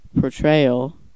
Portrayal